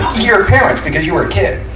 your parents because you were a kid.